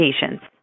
patients